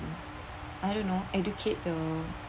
I don't know educate the